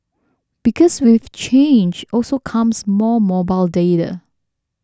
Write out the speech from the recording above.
because with change also comes more mobile data